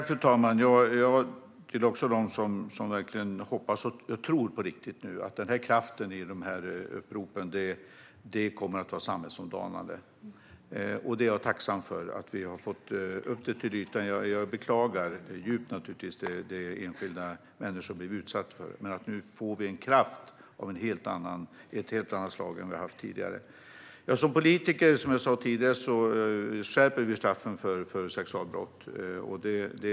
Fru talman! Jag tillhör också dem som verkligen hoppas och tror att kraften i de här uppropen kommer att vara samhällsomdanande på riktigt. Jag är tacksam för att vi har fått upp det till ytan. Jag beklagar naturligtvis djupt de enskilda människor som blivit utsatta, men nu får vi en kraft av ett helt annat slag än vad vi haft tidigare. Som politiker skärper vi straffen för sexualbrott, som jag sa tidigare.